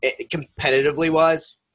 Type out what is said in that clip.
competitively-wise